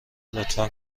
لطفا